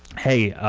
hey,